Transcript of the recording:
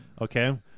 Okay